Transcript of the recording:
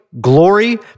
glory